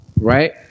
right